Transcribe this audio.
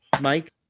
Mike